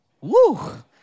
woo